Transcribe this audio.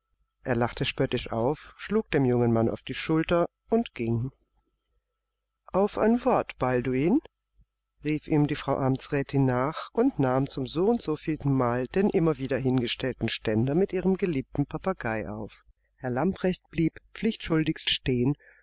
er lachte spöttisch auf schlug den jungen mann auf die schulter und ging auf ein wort balduin rief ihm die frau amtsrätin nach und nahm zum so und so vielten mal den immer wieder hingestellten ständer mit ihrem geliebten papagei auf herr lamprecht blieb pflichtschuldigst stehen